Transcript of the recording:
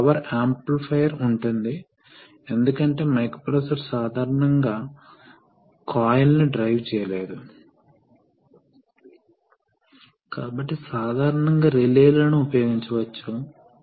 కాబట్టి ఎక్సటెన్షన్ సమయంలో ఇది వర్తించినప్పుడు ద్రవం ఈ చివరలోకి ప్రవహిస్తుంది ఇది ఈ చివర నుండి బయటకు వస్తుంది మరియు కామ్ ఆపరేట్ చేయబడదు కాబట్టి కాబట్టి ఇది షాట్ కాబట్టి ఇది నేరుగా తిరిగి వస్తుంది